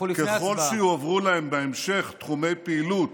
ככל שיועברו להם בהמשך תחומי פעילות